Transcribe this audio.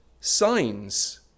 signs